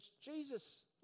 Jesus